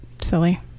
silly